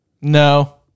No